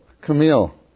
Camille